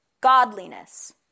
godliness